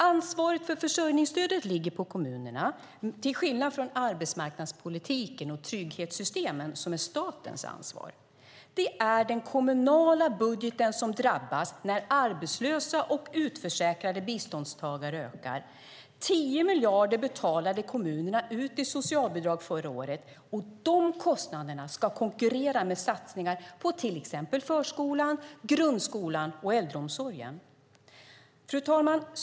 Ansvaret för försörjningsstödet ligger på kommunerna, till skillnad från arbetsmarknadspolitiken och trygghetssystemen, som är statens ansvar. Det är den kommunala budgeten som drabbas när antalet arbetslösa och utförsäkrade biståndstagare ökar. 10 miljarder betalade kommunerna ut i socialbidrag förra året, och de kostnaderna ska konkurrera med satsningar på till exempel förskolan, grundskolan och äldreomsorgen. Fru talman!